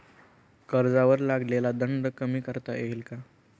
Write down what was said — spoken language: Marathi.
कर्जावर लागलेला दंड कमी करता येईल का?